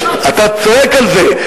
אתה צועק על זה,